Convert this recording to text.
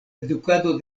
edukado